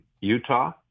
Utah